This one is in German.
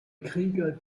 krieger